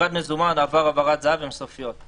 הפקדת מזומן והעברת זה"ב הן סופיות.